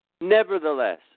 Nevertheless